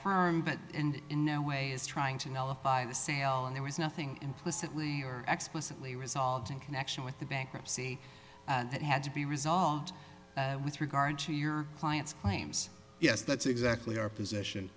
farm but and in no way is trying to nullify a sale and there was nothing implicitly or explicitly resolved in connection with the bankruptcy that had to be resolved with regard to your client's claims yes that's exactly our position